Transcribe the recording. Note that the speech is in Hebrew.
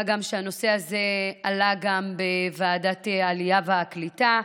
מה גם שהנושא הזה עלה גם בוועדת העלייה והקליטה.